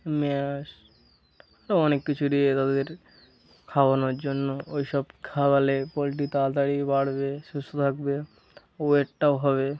mash আরও অনেক কিছু দিয়ে তাদের খাওয়ানোর জন্য ওই সব খাওয়ালে পোলট্রি তাড়াতাড়ি বাড়বে সুস্থ থাকবে ওয়েটটাও হবে